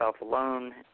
alone